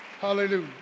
Hallelujah